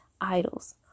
idols